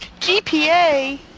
GPA